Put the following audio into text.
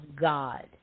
God